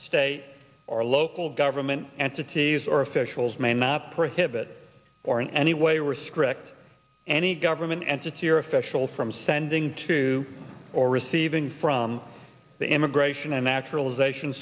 state or local government entities or officials may not prohibit or in any way were strict any government entity or official from sending to or receiving from the immigration and naturalization